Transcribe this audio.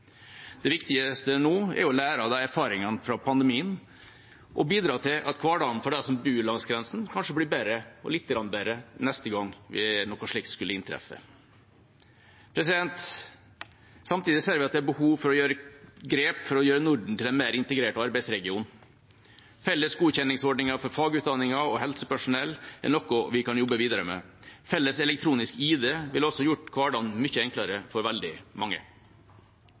Det viktigste nå er å lære av erfaringene fra pandemien og bidra til at hverdagen for dem som bor langs grensen, kanskje blir bedre, lite grann bedre, neste gang noe slikt inntreffer. Samtidig ser vi at det er behov for å ta grep for å gjøre Norden til en mer integrert arbeidsregion. Felles godkjenningsordninger for fagutdanninger og helsepersonell er noe vi kan jobbe videre med. Felles elektronisk ID ville også ha gjort hverdagen mye enklere for veldig mange.